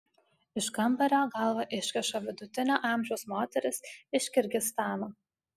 iš kambario galvą iškiša vidutinio amžiaus moteris iš kirgizstano